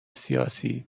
سیاسی